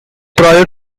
prior